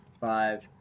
five